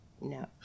No